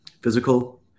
physical